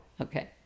Okay